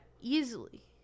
easily